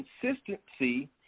consistency